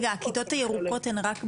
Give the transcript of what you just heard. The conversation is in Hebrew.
אז כל הסיפור הזה שנאמר פה כרגע,